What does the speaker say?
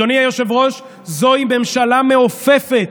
אדוני היושב-ראש, זוהי ממשלה מעופפת.